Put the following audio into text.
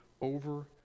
over